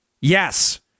Yes